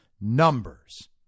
numbers